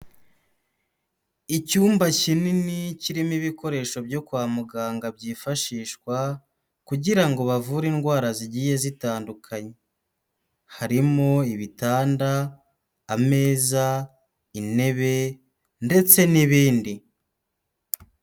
Icyumba kinini kirimo ibikoresho byo kwa muganga byifashishwa kugira bavure indwara zigiye zitandukanye, harimo ibitanda, ameza, intebe ndetse n'ibindi.